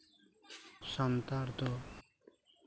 ᱥᱟᱱᱛᱟᱲ ᱫᱚ